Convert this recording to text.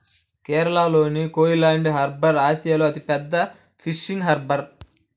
కేరళలోని కోయిలాండి హార్బర్ ఆసియాలో అతిపెద్ద ఫిషింగ్ హార్బర్